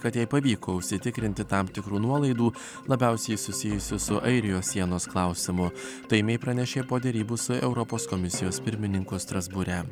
kad jai pavyko užsitikrinti tam tikrų nuolaidų labiausiai susijusių su airijos sienos klausimu tai mei pranešė po derybų su europos komisijos pirmininku strasbūre